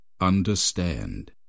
understand